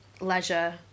leisure